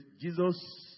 Jesus